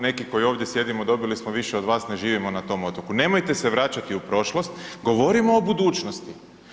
Neki koji ovdje sjedimo, dobili smo više od vas, ne živimo na tom otoku, nemojte se vraćati u prošlost, govorimo o budućnosti.